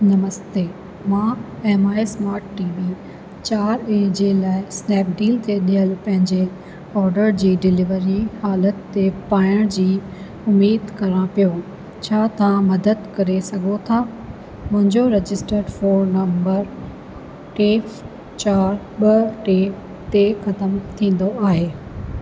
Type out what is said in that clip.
नमस्ते मां M I smart TV चार ॾींहं जे लाइ स्नैपडील ते ॾियलु पंहिंजे ऑडर जे डिलीवरी हालति ते पाइण जी उमीद करियां पियो छा तव्हां मदद करे सघो था मुंहिंजो रजिस्टर फोन नंबर टे चार ॿ टे ते ख़तमु थींदो आहे